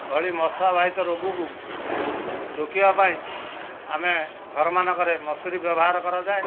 ଭଳି ମଶାବାହିତ ରୋଗକୁ ରୋକିବା ପାଇଁ ଆମେ ଘର ମାନଙ୍କରେ ମଶାରି ବ୍ୟବହାର କରାଯାଏ